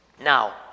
Now